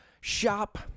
shop